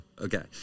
Okay